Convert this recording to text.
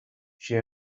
she